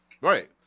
Right